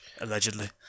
Allegedly